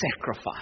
sacrifice